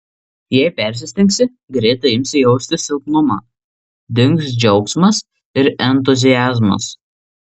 jei persistengsi greitai imsi jausti silpnumą dings džiaugsmas ir entuziazmas